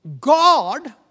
God